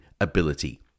ability